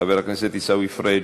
חבר הכנסת עיסאווי פריג'